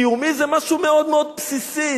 קיומי זה משהו מאוד מאוד בסיסי,